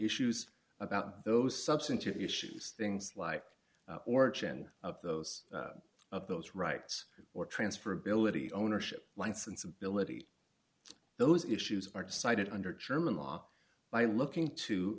issues about those substantive issues things like origin of those of those rights or transferability ownership license ability those issues are decided under german law by looking to